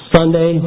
Sunday